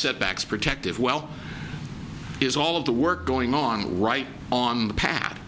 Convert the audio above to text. setbacks protective well is all of the work going on right on the pad